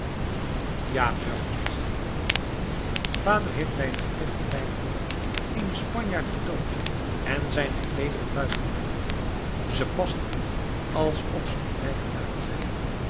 ja burgemeester vader heeft bij het gevecht te leiderdorp eenen spanjaard gedood en zijne kleederen buitgemaakt ze passen me alsof ze voor mij gemaakt zijn